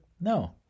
no